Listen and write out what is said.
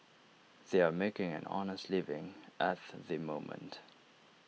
they are making an honest living at the moment